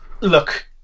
look